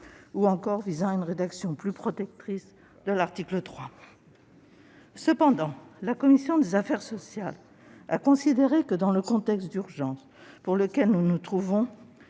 ou encore visant à une rédaction plus protectrice de l'article 3. Cependant, la commission des affaires sociales a considéré que, dans le contexte d'urgence dans lequel nous nous trouvions,